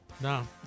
No